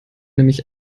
nämlich